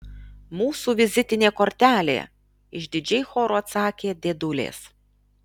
mūsų vizitinė kortelė išdidžiai choru atsakė dėdulės